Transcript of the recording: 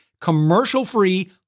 commercial-free